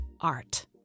ART